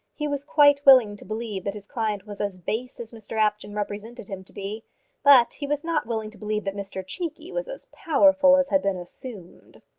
he was quite willing to believe that his client was as base as mr apjohn represented him to be but he was not willing to believe that mr cheekey was as powerful as had been assumed.